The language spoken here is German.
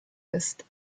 ist